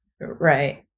right